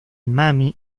mami